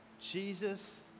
Jesus